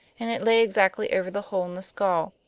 and it lay exactly over the hole in the skull.